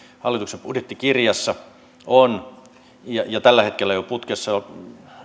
hallituksen budjettikirjassa on ja tällä hetkellä jo putkessa